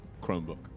Chromebook